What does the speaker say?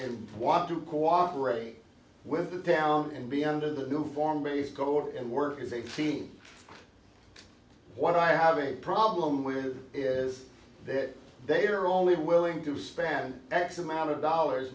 i want to cooperate with the town and be under the new form a's go and work as a fee what i have a problem with is that they are only willing to spend x amount of dollars